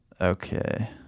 Okay